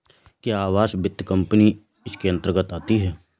क्या आवास वित्त कंपनी इसके अन्तर्गत आती है?